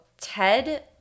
Ted